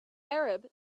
arab